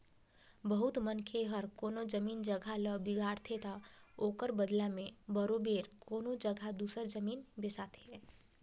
बहुत मनखे हर कोनो जमीन जगहा ल बिगाड़थे ता ओकर बलदा में बरोबेर कोनो जगहा दूसर जमीन बेसाथे